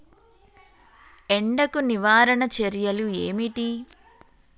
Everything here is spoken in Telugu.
ఎండకు నివారణ చర్యలు ఏమిటి?